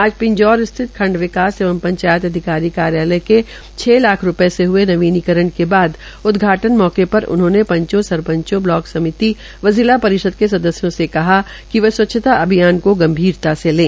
आज पिंजौर स्थित खंड विकास एंव यातायात अधिकारी कार्यालय के छ लाख रूपये से हये नवीनीकरण के बाद उदघाटन मौके पर उन्होंने पंचों सरपंचों ब्लॉक समिति व जिला परिषद के सदस्यों के कहा कि वे स्वच्छता अभियान को गंभीरता से लें